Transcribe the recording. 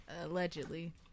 Allegedly